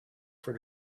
for